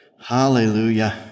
Hallelujah